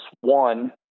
one